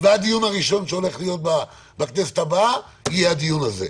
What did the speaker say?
והדיון הראשון שהולך להיות בכנסת הבאה יהיה הדיון הזה.